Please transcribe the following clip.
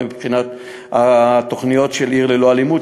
את הפעילות מבחינת התוכניות של "עיר ללא אלימות",